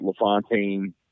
Lafontaine